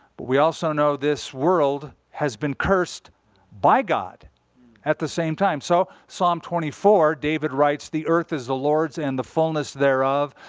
but we also know this world has been cursed by god at the same time. so psalm twenty four, david writes, the earth is the lord's and the fullness thereof,